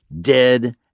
dead